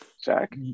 jack